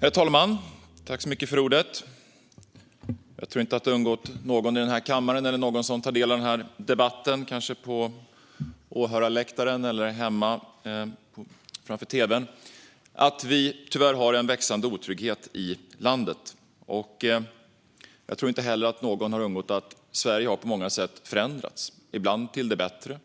Herr talman! Jag tror inte att det har undgått någon i kammaren eller någon som tar del av debatten på åhörarläktaren eller hemma framför tv:n att det tyvärr råder en växande otrygghet i landet. Jag tror inte heller att det har undgått någon att Sverige på många sätt har förändrats, ibland till det bättre